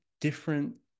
different